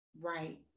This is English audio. Right